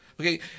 Okay